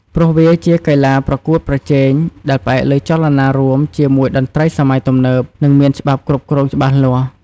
ព្រោះវាជាកីឡាប្រកួតប្រជែង ដែលផ្អែកលើចលនារួមជាមួយតន្ត្រីសម័យទំនើប និងមានច្បាប់គ្រប់គ្រងច្បាស់លាស់។